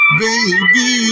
baby